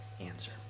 answer